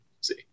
see